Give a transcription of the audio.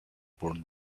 porn